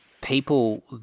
people